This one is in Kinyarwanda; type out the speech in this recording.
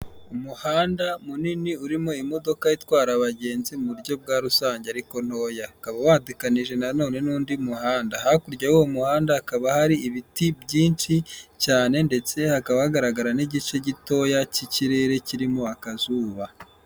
Umuhanda munini urimo imodoka itwara abagenzi mu buryo bwa rusange ariko ntoya, ukaba watekanje na none n'undi muhanda, hakurya y'uwo muhanda hakaba hari ibiti byinshi cyane ndetse hakaba hagaragara n'igice gitoya cy'ikirere kirimo akazuba.